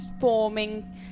forming